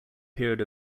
period